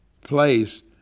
place